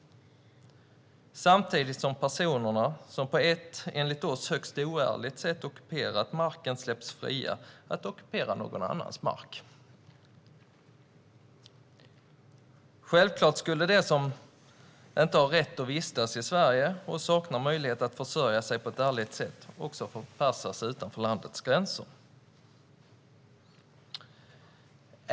Samtidigt släpps personerna som på ett enligt oss högst oärligt sätt har ockuperat marken fria att ockupera någon annans mark. Självklart ska de som inte har rätt att vistas i Sverige och som saknar möjlighet att försörja sig på ett ärligt sätt också förpassas utanför landets gränser.